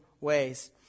ways